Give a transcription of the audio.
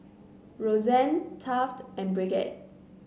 Roxann Taft and Bridgette